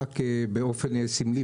באופן סימלי,